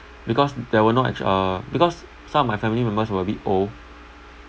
because there were not edge uh because some of my family members were a bit old